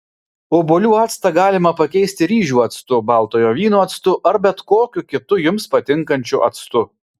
obuolių actą galima pakeisti ryžių actu baltojo vyno actu ar bet kokiu kitu jums patinkančiu actu